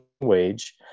wage